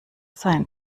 sein